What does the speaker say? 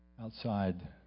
outside